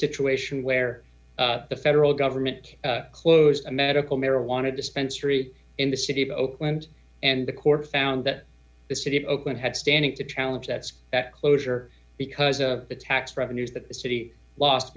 situation where the federal government closed a medical marijuana dispensary in the city of oakland and the court found that the city of oakland had standing to challenge that's at closure because of the tax revenues that the city lost